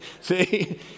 See